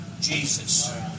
Jesus